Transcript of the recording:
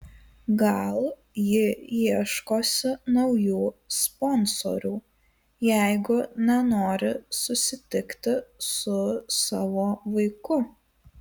gal ji ieškosi naujų sponsorių jeigu nenori susitikti su savo vaiku